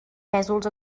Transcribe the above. pésols